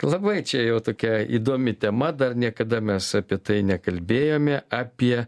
labai čia jau tokia įdomi tema dar niekada mes apie tai nekalbėjome apie